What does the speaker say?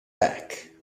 back